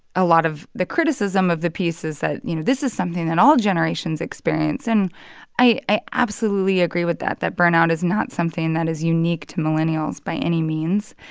a lot of the criticism of the piece is that, you know, this is something that all generations experience. and i i absolutely agree with that, that burnout is not something that is unique to millennials by any means.